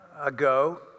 ago